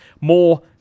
more